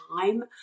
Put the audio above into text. time